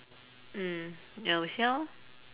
mm ya we see how lor